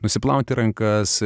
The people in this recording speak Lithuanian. nusiplauti rankas